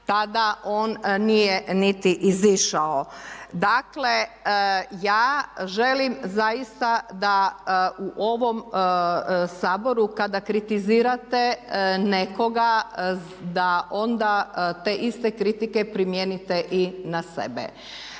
tada on nije niti izašao. Dakle, ja želim zaista da u ovom Saboru kada kritizirate nekoga da onda te iste kritike primijenite i na sebe.